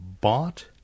bought